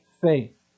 faith